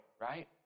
right